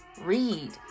read